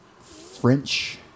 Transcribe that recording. French